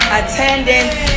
attendance